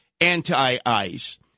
anti-ICE